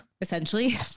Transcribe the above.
essentially